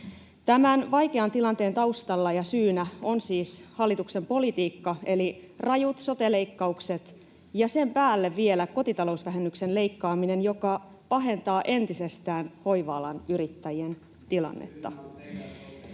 Tämän vaikean tilanteen taustalla ja syynä on siis hallituksen politiikka eli rajut sote-leikkaukset ja sen päälle vielä kotitalousvähennyksen leikkaaminen, joka pahentaa entisestään hoiva-alan yrittäjien tilannetta.